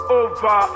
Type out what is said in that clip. over